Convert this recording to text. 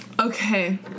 Okay